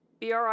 BRI